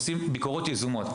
עושים ביקורות יזומות.